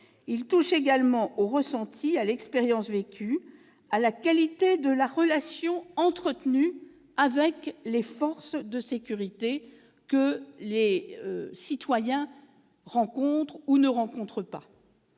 Il touche également au ressenti, à l'expérience vécue, à la qualité de la relation entretenue avec les forces de sécurité, que nos concitoyens rencontrent, ou pas.